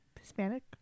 Hispanic